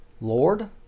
Lord